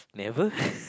never